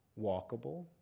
walkable